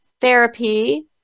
therapy